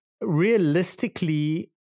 realistically